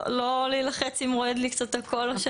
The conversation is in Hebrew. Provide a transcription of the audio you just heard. לא להילחץ אם רועד לי קצת הקול או אם אני בוכה.